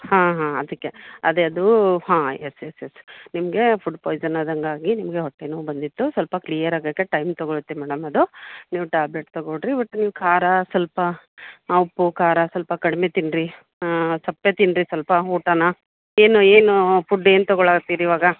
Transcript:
ಹಾಂ ಹಾಂ ಅದಕ್ಕೆ ಅದೇ ಅದು ಹಾಂ ಎಸ್ ಎಸ್ ಎಸ್ ನಿಮಗೆ ಫುಡ್ ಪಾಯ್ಸನ್ ಆದಂಗೆ ಆಗಿ ನಿಮಗೆ ಹೊಟ್ಟೆ ನೋವು ಬಂದಿತ್ತು ಸ್ವಲ್ಪ ಕ್ಲಿಯರ್ ಆಗಕ್ಕೆ ಟೈಮ್ ತಗೊಳುತ್ತೆ ಮೇಡಮ್ ಅದು ನೀವು ಟ್ಯಾಬ್ಲೆಟ್ ತಗೊಳ್ಳಿರಿ ಬಟ್ ನೀವು ಖಾರ ಸ್ವಲ್ಪ ಉಪ್ಪು ಖಾರ ಸ್ವಲ್ಪ ಕಡಿಮೆ ತಿನ್ನಿರಿ ಸಪ್ಪೆ ತಿನ್ನಿರಿ ಸ್ವಲ್ಪ ಊಟನ ಏನು ಏನು ಫುಡ್ ಏನು ತಗೋಳತೀರಿ ಇವಾಗ